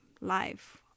life